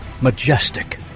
Majestic